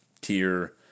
tier